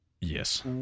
Yes